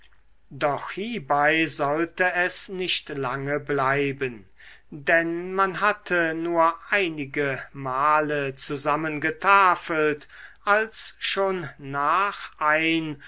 doch hiebei sollte es nicht lange bleiben denn man hatte nur einige male zusammen getafelt als schon nach ein